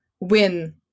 win